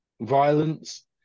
violence